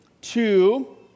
Two